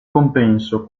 compenso